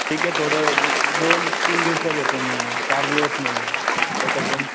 ठीक आहे थोडं दोन तीन दिवसावर येतो मी चार दिवस नाही एखाद दोन